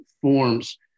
forms